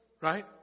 right